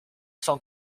cent